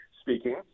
speaking